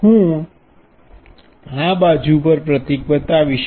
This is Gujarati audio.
હું આ બાજુ પર પ્રતીક બતાવીશ